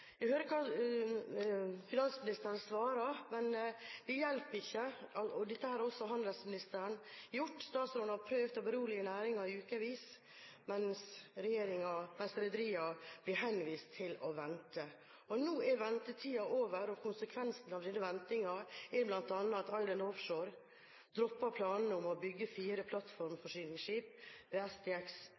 Jeg hører hva finansministeren svarer, men det hjelper ikke. Dette har også handelsministeren gjort. Statsråden har prøvd å berolige næringen i ukevis, mens rederiene blir henvist til å vente. Nå er ventetiden over, og konsekvensene av denne ventingen er bl.a. at Island Offshore dropper planene om å bygge fire plattformforsyningsskip ved